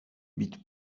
bits